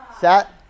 set